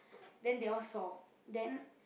then they all saw then